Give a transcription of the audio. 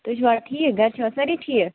تُہۍ چھُوا ٹھیٖک گھرِ چھوا سٲری ٹھیٖک